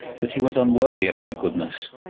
that he was unworthy of her goodness,